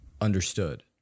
understood